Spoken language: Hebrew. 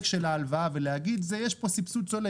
של ההלוואה ולהגיד יש פה סבסוד צולב,